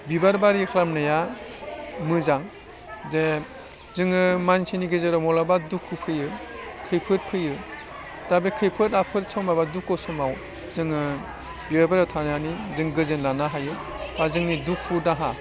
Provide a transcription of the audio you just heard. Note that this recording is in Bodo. बिबारबारि खालामनाया मोजां जे जोङो मानसिनि गेजेराव मलाबा दुखु फैयो खैफोद फैयो दा बे खैफोद आफोद समाव बा दुखु समाव जोङो बिबार बारियाव थांनानै जों गोजोन लानो हायो आर जोंनि दुखु दाहा